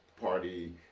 party